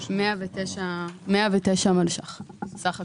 109 מלש"ח בסך הכול.